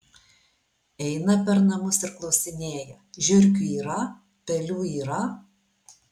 eina per namus ir klausinėja žiurkių yra pelių yra